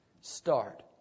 Start